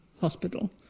Hospital